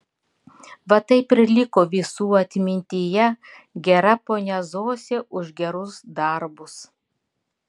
va taip ir liko visų atmintyje gera ponia zosė už gerus darbus